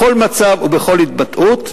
בכל מצב ובכל התבטאות.